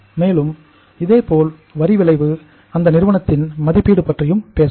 மேலும் இதேபோல்வரி விளைவு அந்நிறுவனத்தின் மதிப்பீடு பற்றியும் பேசலாம்